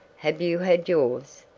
have you had yours?